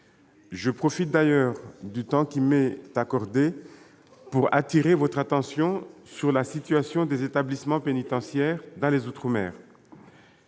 Je profite d'ailleurs du temps qui m'est imparti pour attirer votre attention sur la situation des établissements pénitentiaires dans les outre-mer.